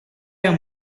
yang